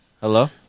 Hello